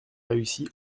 réussi